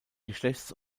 geschlechts